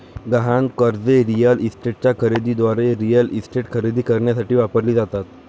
गहाण कर्जे रिअल इस्टेटच्या खरेदी दाराद्वारे रिअल इस्टेट खरेदी करण्यासाठी वापरली जातात